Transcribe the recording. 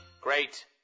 Great